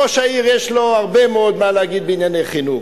ראש העיר יש לו הרבה מאוד מה להגיד בענייני חינוך.